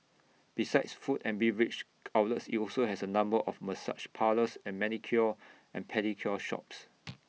besides food and beverage outlets IT also has A number of massage parlours and manicure and pedicure shops